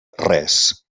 res